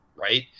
Right